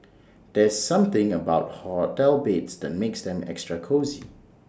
there's something about hotel beds that makes them extra cosy